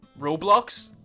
Roblox